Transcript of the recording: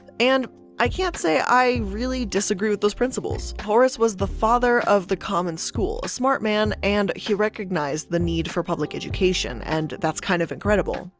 and i can't say i really disagree with those principles. horace was the father of the common school, a smart man and he recognized the need for public education, and that's kind of incredible.